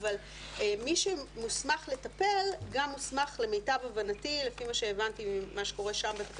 לפי מיטב הבנתי ולפי מה שהבנתי שקורה שם בתקנות,